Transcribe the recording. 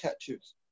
tattoos